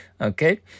Okay